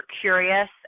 curious